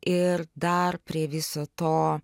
ir dar prie viso to